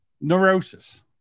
neurosis